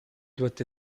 doit